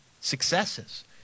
successes